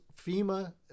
FEMA